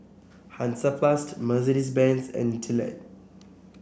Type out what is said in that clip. Hansaplast Mercedes Benz and Gillette